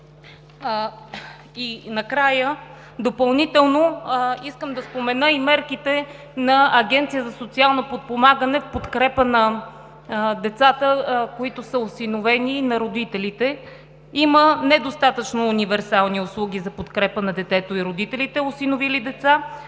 промени? Допълнително искам да спомена и мерките на Агенцията за социално подпомагане в подкрепа на децата, които са осиновени, и на родителите. Има недостатъчно универсални услуги за подкрепа на детето и родителите, осиновили деца